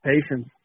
patience